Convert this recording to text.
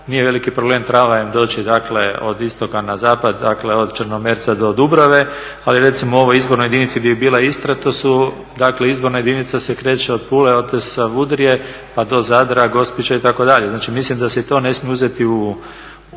nije veliki problem tramvajem doći dakle od istoka na zapad, dakle od Črnomerca do Dubrave ali recimo u ovoj izbornoj jedinici gdje bi bila Istra to su, dakle izborna jedinica se kreće od Pule, od Savudrije, pa do Zadra, Gospića itd. Znači, mislim da se i to mora uzeti u